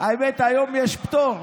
האמת היא שהיום יש פטור,